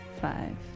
five